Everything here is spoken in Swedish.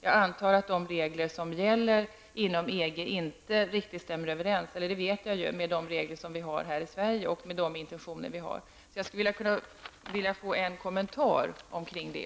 Jag vet att de regler som gäller inom EG inte riktigt stämmer överens med de regler som vi har här i Sverige. Jag skulle vilja ha en kommentar till det.